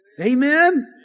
Amen